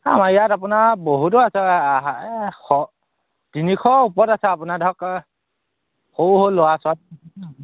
আমাৰ ইয়াত আপোনাৰ বহুতো আছে এই শ তিনিশ ওপৰত আছে আৰু আপোনাৰ ধৰক সৰু সৰু ল'ৰা ছোৱালী